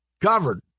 covered